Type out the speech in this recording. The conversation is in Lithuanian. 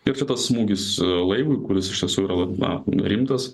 tiek čia tas smūgis laivui kuris iš tiesų yra la na rimtas